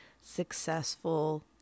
successful